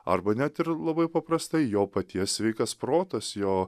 arba net ir labai paprastai jo paties sveikas protas jo